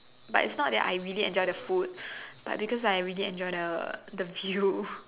but it's not that I really enjoy the food but because I really enjoy the the view